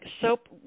soap